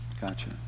Gotcha